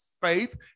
Faith